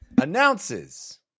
announces